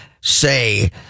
say